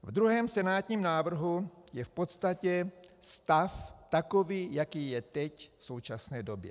Ve druhém, senátním návrhu je v podstatě stav takový, jaký je teď v současné době.